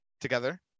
together